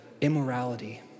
immorality